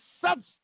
substance